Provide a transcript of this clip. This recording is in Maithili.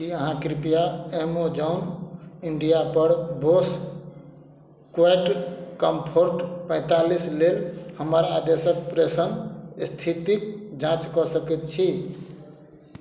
की अहाँ कृपया एमेजॉन इंडिया पर बोस क्वाइट कम्फोर्ट पैंतालीस लेल हमर आदेशक प्रेषण स्थितिक जाँच कऽ सकैत छी